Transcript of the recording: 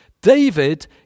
David